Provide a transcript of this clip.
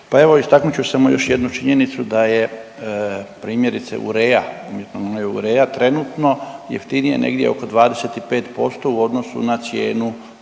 Pa evo istaknut ću smo još jednu činjenicu da je primjerice Urea, umjetna Urea trenutno jeftinija negdje oko 25% u odnosu na cijenu